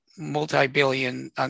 multi-billion